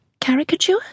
caricature